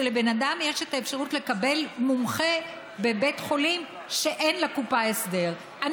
שלבן אדם יש את האפשרות לקבל מומחה בבית חולים שאין לקופה הסדר עימו,